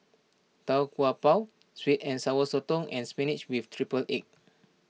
Tau Kwa Pau Sweet and Sour Sotong and Spinach with Triple Egg